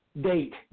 date